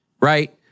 right